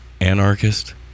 anarchist